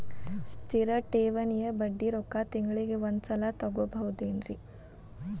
ಸ್ಥಿರ ಠೇವಣಿಯ ಬಡ್ಡಿ ರೊಕ್ಕ ತಿಂಗಳಿಗೆ ಒಂದು ಸಲ ತಗೊಬಹುದೆನ್ರಿ?